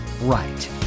right